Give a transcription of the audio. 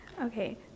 Okay